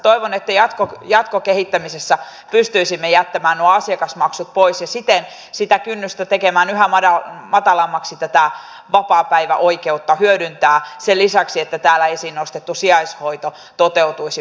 toivon että jatkokehittämisessä pystyisimme jättämään nuo asiakasmaksut pois ja siten tekemään yhä matalammaksi kynnystä hyödyntää tätä vapaapäiväoikeutta sen lisäksi että täällä esiin nostettu sijaishoito toteutuisi paremmin